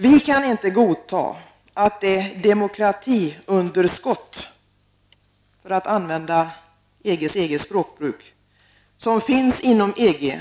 Vi kan inte godta att det demokratiunderskott -- för att använda EGs eget språkbruk -- som finns inom EG